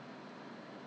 他